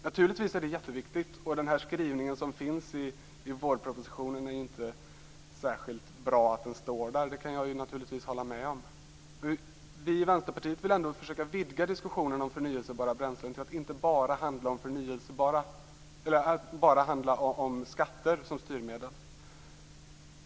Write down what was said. Naturligtvis är det jätteviktigt, och det är inte särskilt bra att den här skrivningen finns i vårpropositionen. Det kan jag naturligtvis hålla med om. Vi i Vänsterpartiet vill ändå försöka vidga diskussionen om förnybara bränslen till att inte bara handla om skatter som styrmedel.